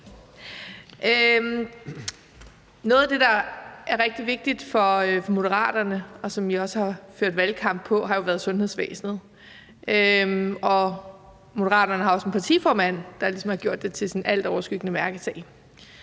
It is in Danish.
Noget af det, der er rigtig vigtigt for Moderaterne, og som I også har ført valgkamp på, er jo sundhedsvæsenet, og Moderaterne har også en partiformand, der ligesom har gjort det til sin altoverskyggende mærkesag.